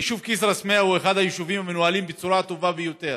היישוב כסרא-סמיע הוא אחד היישובים המנוהלים בצורה טובה ביותר.